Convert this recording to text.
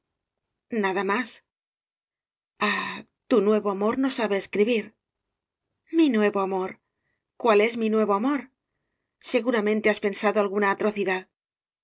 nada más h u nuevo amor no sabe escribir mi nuevo amor cual es mi nuevo amor seguramente has pensado alguna atrocidad